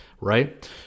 right